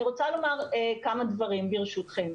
אני רוצה לומר כמה דברים, ברשותכם.